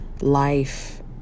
life